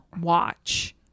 watch